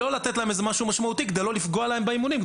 לתת להם משהו משמעותי כדי לא לפגוע להם באימונים.